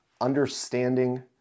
understanding